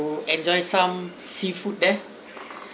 to enjoy some seafood there